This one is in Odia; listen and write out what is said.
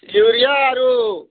ୟୁରିଆ ଆରୁ